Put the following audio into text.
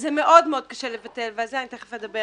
וקשה מאוד לבטל, ועל זה תיכף אדבר.